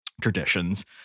traditions